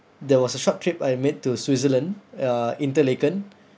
there was a short trip I made to switzerland uh interlaken